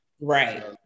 Right